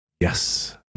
Yes